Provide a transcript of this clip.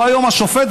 והוא היום השופט,